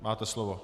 Máte slovo.